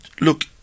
Look